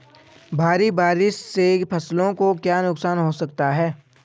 भारी बारिश से फसलों को क्या नुकसान हो सकता है?